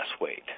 weight